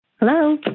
Hello